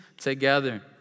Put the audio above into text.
together